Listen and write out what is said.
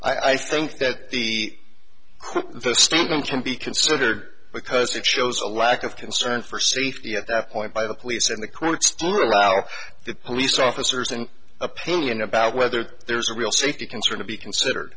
that i think that the the statement can be considered because it shows a lack of concern for safety at that point by the police in the quote still allow the police officers an opinion about whether there's a real safety concern to be considered